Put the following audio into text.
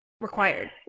required